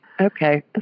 okay